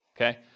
okay